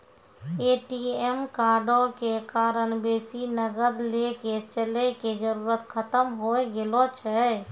ATM कार्डो के कारण बेसी नगद लैके चलै के जरुरत खतम होय गेलो छै